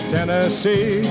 Tennessee